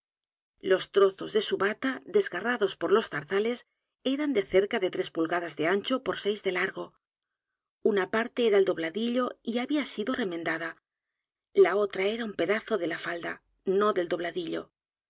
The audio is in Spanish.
los trozos de su bata d e s garrados por los zarzales eran de cerca de tres pulgadas de ancho por seis de l a r g o una parte era el dobladillo y había sido remendada la otra era un pedazo de la falda no del dobladillo